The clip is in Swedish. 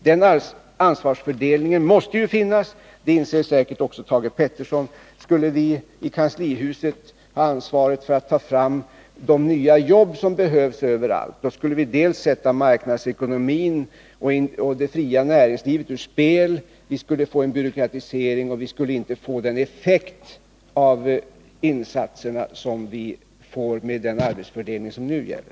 Den ansvarsfördelningen måste finnas — det inser säkert också Thage Peterson. Skulle vi i kanslihuset ha ansvaret för att ta fram de nya jobb som behövs överallt, skulle vi sätta marknadsekonomin och det fria näringslivet ur spel. Vi skulle också få en byråkratisering och inte få den effekt av insatserna som vi får med den arbetsfördelning som nu gäller.